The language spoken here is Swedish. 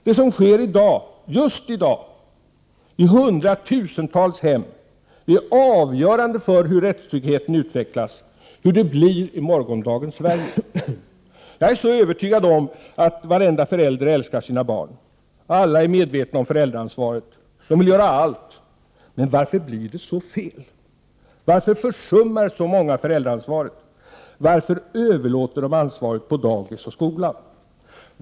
Det som sker just i dag i hundratusentals hem är avgörande för hur rättstryggheten utvecklas, hur det blir i morgondagens Sverige. Jag är övertygad om att varenda förälder älskar sina barn. Alla är medvetna om föräldraansvaret. De vill göra allt för sina barn. Men varför blir det så fel? Varför försummar så många föräldraansvaret? Varför överlåter de ansvaret på dagis och skola?